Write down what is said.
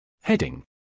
Heading